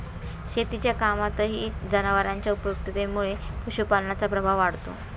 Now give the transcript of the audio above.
शेतीच्या कामातही जनावरांच्या उपयुक्ततेमुळे पशुपालनाचा प्रभाव वाढतो